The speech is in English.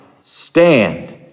stand